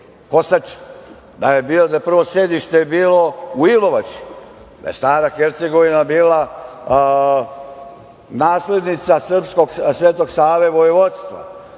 kosač, da je prvo sedište bilo u Ilovači? Da je stara Hercegovina bila naslednica srpskog Svetog Save vojvodstva?